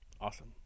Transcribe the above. Awesome